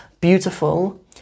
beautiful